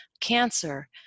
cancer